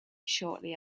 shorty